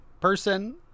person